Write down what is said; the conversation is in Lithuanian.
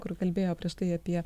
kur kalbėjo prieš tai apie